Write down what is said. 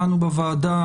הוועדה,